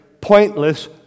pointless